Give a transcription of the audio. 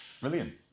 Brilliant